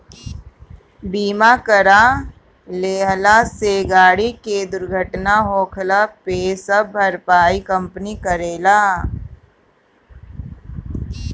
बीमा करा लेहला से गाड़ी के दुर्घटना होखला पे सब भरपाई कंपनी करेला